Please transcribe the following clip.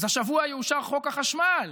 אז השבוע יאושר חוק החשמל,